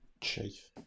Chief